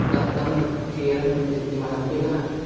दत्तं क्षीरं नित्यमहं पिबामि